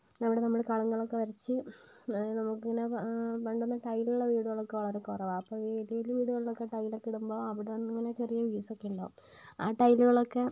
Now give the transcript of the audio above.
അവിടെ നമ്മള് കളം കളമൊക്കെ വരച്ച് നമുക്ക് ഇങ്ങനെ പണ്ടൊക്കെ ടൈൽ ഉള്ള വീടുകളൊക്കെ വളരെ കുറവാണ് അപ്പോൾ ഈ വലിയ വീടുകളിലൊക്കെ ടൈൽ ഒക്കെ ഇടുമ്പോൾ അവിടുന്ന് ഇങ്ങനെ ചെറിയ പീസ് ഒക്കെ ഉണ്ടാകും ആ ടൈലുകൾ ഒക്കെ